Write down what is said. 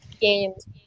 games